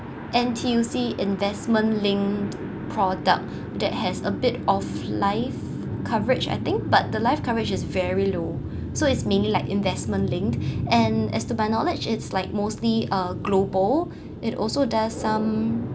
N_T_U_C investment linked product that has a bit of life coverage I think but the life coverage is very low so it's mainly like investment linked and as to my knowledge it's like mostly uh global it also does some